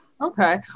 Okay